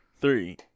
three